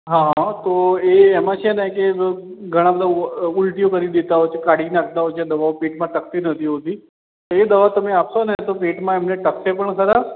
હા તો એ એમાં છે ને કે ઘણા બધા ઉલટીઓ કરી દેતા હોય છે કાઢી નાખતા હોય છે દવાઓ પેટમાં ટકતી નથી હોતી એ દવા તમે આપશો ને એટલે એમને પેટમાં ટકશે પણ ખરાં